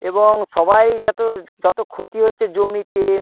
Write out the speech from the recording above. এবং সবাই যত ক্ষতি হচ্ছে জমিতে